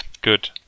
good